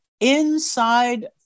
Inside